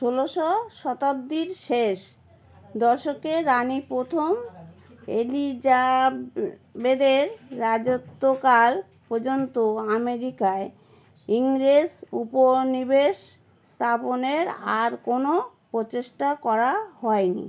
ষোলোশো শতাব্দীর শেষ দশকে রাণী প্রথম এলিজাবেথের রাজত্বকাল পর্যন্ত আমেরিকায় ইংরেজ উপনিবেশ স্থাপনের আর কোনো প্রচেষ্টা করা হয় নি